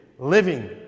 living